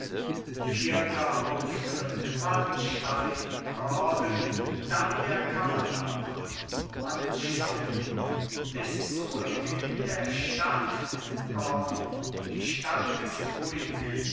vierter auftritt wallenstein gordon dann der kammerdiener wallenstein ists ruhig in der stadt gordon die stadt ist ruhig